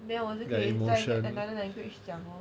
then 我就可以在 another language 讲 lor